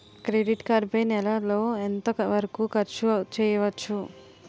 Credit card పై నెల లో ఎంత వరకూ ఖర్చు చేయవచ్చు?